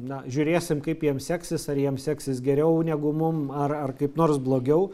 na žiūrėsim kaip jiem seksis ar jiem seksis geriau negu mum ar ar kaip nors blogiau